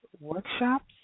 workshops